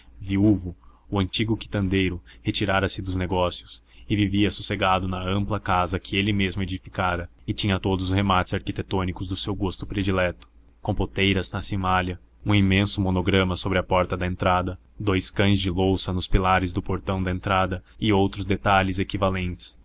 viúvo o antigo quitandeiro retirara se dos negócios e vivia sossegado na ampla casa que ele mesmo edificara e tinha todos os remates arquitetônicos do seu gosto predileto compoteiras na cimalha um imenso monograma sobre a porta da entrada dous cães de louça nos pilares do portão da entrada e outros detalhes equivalentes